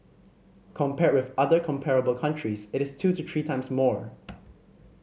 compared with other comparable countries it is two to three times more